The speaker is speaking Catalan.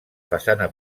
façana